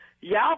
Y'all